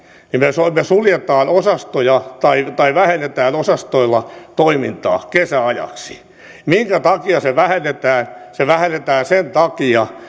suljemme suljemme osastoja tai tai vähennämme osastoilla toimintaa kesäajaksi minkä takia vähennetään vähennetään sen takia